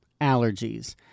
allergies